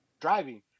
driving